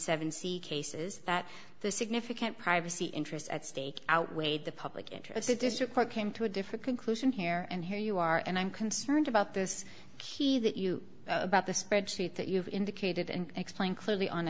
it's cases that the significant privacy interests at stake outweighed the public interests if this report came to a different conclusion here and here you are and i'm concerned about this key that you about the spreadsheet that you've indicated and explained clearly on